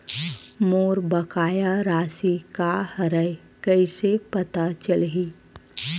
मोर बकाया राशि का हरय कइसे पता चलहि?